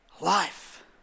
Life